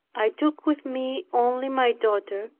i took with me only my daughter,